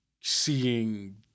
seeing